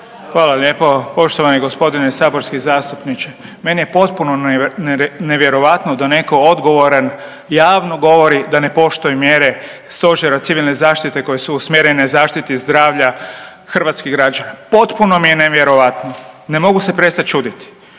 Hvala lijepo. Poštovani g. saborski zastupniče, meni je potpuno nevjerojatno da netko odgovoran javno govori da ne poštuje mjere stožera civilne zaštite koje su usmjerene zaštiti zdravlja hrvatskih građana, potpuno mi je nevjerojatno. Ne mogu se prestat čuditi.